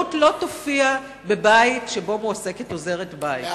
ההסתדרות לא תופיע בבית שבו מועסקת עוזרת-בית.